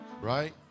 Right